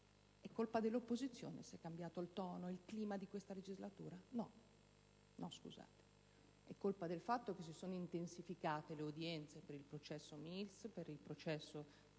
è colpa dell'opposizione se è cambiato il tono, il clima di questa legislatura? No, è colpa del fatto che si sono intensificate le udienze per il processo Mills e per il processo